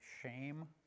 shame